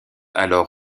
alors